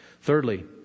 thirdly